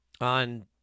on